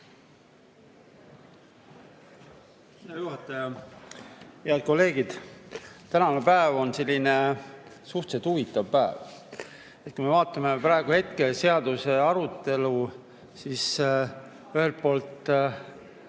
juhataja! Head kolleegid! Tänane päev on selline suhteliselt huvitav päev. Kui me vaatame praegu selle seaduse arutelu, siis ühelt poolt